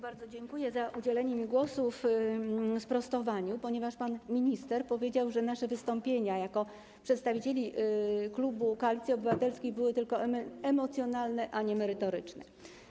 Bardzo dziękuję za udzielenie mi głosu w ramach sprostowania, ponieważ pan minister powiedział, że nasze wystąpienia jako przedstawicieli klubu Koalicji Obywatelskiej były tylko emocjonalne, a nie merytoryczne.